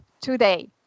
today